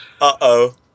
uh-oh